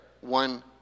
One